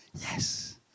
Yes